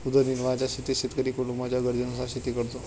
उदरनिर्वाहाच्या शेतीत शेतकरी कुटुंबाच्या गरजेनुसार शेती करतो